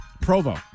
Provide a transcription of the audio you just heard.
Provo